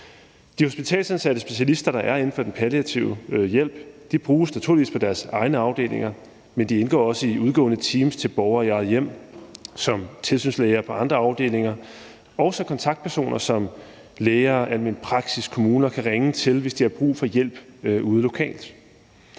De hospitalsansatte specialister, der er inden for den palliative hjælp, bruges naturligvis på deres egne afdelinger, men de indgår også i udgående teams rettet mod borgere i eget hjem, og de indgår somtilsynslæger på andre afdelinger og somkontaktpersoner, til hvem læger, alment praktiserende læger og kommuner kan ringe, hvis de har brug for hjælp ude lokalt.